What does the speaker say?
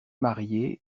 marié